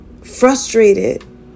frustrated